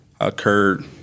occurred